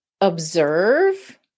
observe